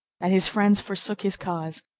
that his friends forsook his cause,